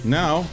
now